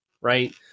right